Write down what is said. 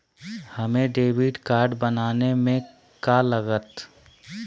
हमें debit card बनाने में का लागत?